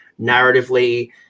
narratively